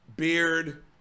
beard